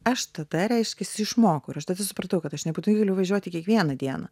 aš tada reiškiasi išmokau ir aš tada supratau kad aš nebūtinai galiu važiuoti kiekvieną dieną